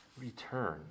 return